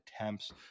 attempts